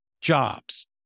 jobs